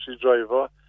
driver